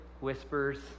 whispers